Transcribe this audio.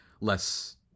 less